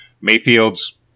Mayfields